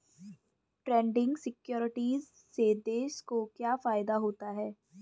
Trading securities से देश को क्या फायदा होता है?